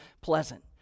pleasant